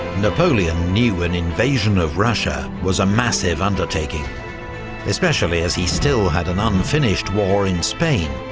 napoleon knew an invasion of russia was a massive undertaking especially as he still had an unfinished war in spain,